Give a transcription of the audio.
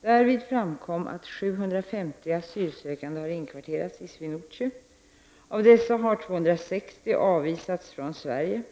Därvid framkom det att 750 asylsökande har inkvarterats i SwinoujSie. Av dessa har 260 avvisats från Sverige.